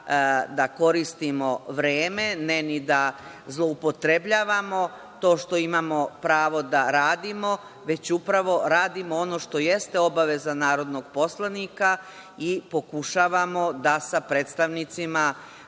da koristimo vreme, ne ni da zloupotrebljavamo to što imamo pravo da radimo, već upravo radimo ono što jeste obaveza narodnog poslanika i pokušavamo da sa predstavnicima